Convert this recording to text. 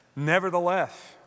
Nevertheless